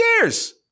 years